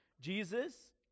Jesus